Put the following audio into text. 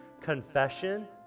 confession